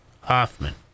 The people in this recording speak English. Hoffman